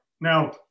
Now